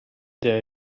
der